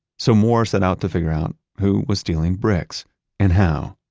so moore set out to figure out who was stealing bricks and how.